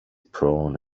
prawn